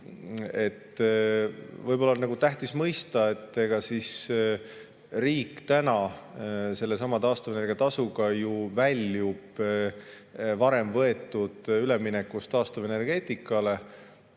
Võib-olla on tähtis mõista, et riik praegu sellesama taastuvenergia tasuga ju väljub varem võetud üleminekust taastuvenergeetikale.